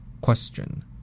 Question